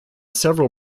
several